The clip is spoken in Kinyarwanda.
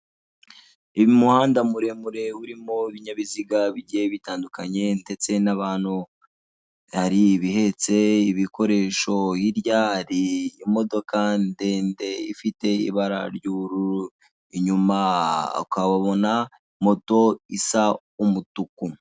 Umuhanda muremure urimo ibinyabiziga bigiye bitandukanye, ndetse n'abantu. Hari ibihetse ibikoresho hirya hari imodoka ndende ifite ibara ry'ubururu, inyuma ukahabona moto isa umutuku.